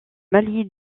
mali